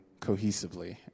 cohesively